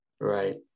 right